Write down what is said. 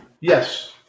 Yes